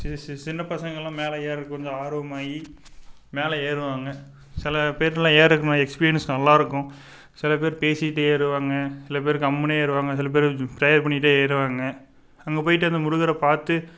C சி சின்னப் பசங்கலாம் மேலே ஏறதுக்கு கொஞ்சம் ஆர்வமாய் மேலே ஏறுவாங்கள் சில பேற்றுலாம் ஏறதுக்கு எக்ஸ்பீரியன்ஸ் நல்லாக இருக்கும் சிலபேர் பேசிக்கிட்டு ஏறுவாங்கள் சிலபேர் கம்முனு ஏறுவாங்கள் சிலபேர் பிரேயர் பண்ணிக்கிட்டு ஏறுவாங்கள் அங்கே போயிட்டு அந்த முருகர் பார்த்து